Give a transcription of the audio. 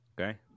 Okay